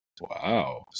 Wow